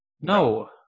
No